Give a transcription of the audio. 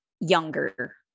younger